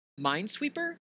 Minesweeper